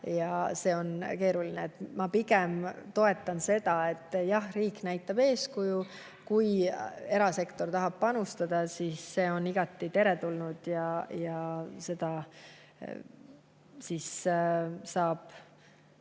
ja see on keeruline. Ma pigem toetan seda, et jah, riik näitab eeskuju ja kui erasektor tahab panustada, siis see on igati teretulnud. Ja seda saab